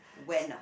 when[ah]